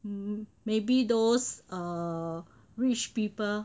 um maybe those err rich people